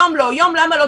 יום לא ויום למה-לא",